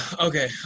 okay